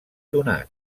donat